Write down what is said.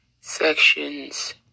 sections